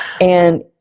And-